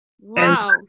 Wow